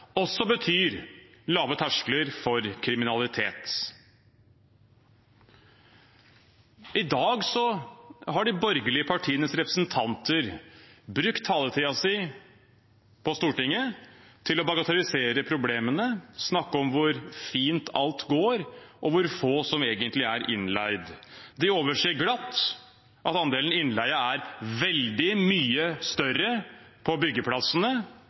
også betyr lave terskler for kriminalitet. I dag har de borgerlige partienes representanter brukt taletiden sin på Stortinget til å bagatellisere problemene, snakke om hvor fint alt går, og hvor få som egentlig er innleid. De overser glatt at andelen innleie er veldig mye større på byggeplassene.